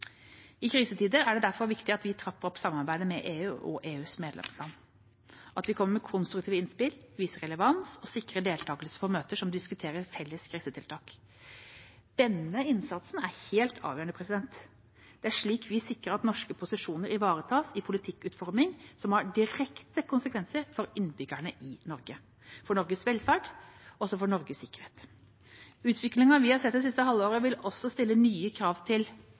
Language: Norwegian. I krisetider er det derfor viktig at vi trapper opp samarbeidet med EU og EUs medlemsland, at vi kommer med konstruktive innspill, viser relevans og sikrer deltakelse på møter som diskuterer felles krisetiltak. Denne innsatsen er helt avgjørende. Det er slik vi sikrer at norske posisjoner ivaretas i politikkutforming som har direkte konsekvenser for innbyggerne i Norge, for Norges velferd og for Norges sikkerhet. Utviklingen vi har sett det siste halvåret, vil også stille nye krav til